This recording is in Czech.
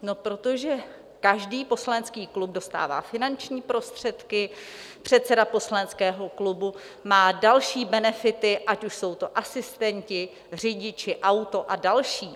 No proto, že každý poslanecký klub dostává finanční prostředky, předseda poslaneckého klubu má další benefity, ať už jsou to asistenti, řidiči, auto a další.